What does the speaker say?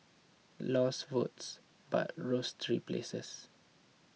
lost votes but rose three places